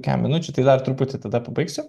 kem minučių tik dar truputį tada pabaigsiu